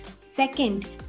Second